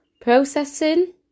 processing